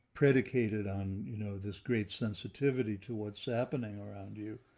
predicated on, you know, this great sensitivity to what's happening around you.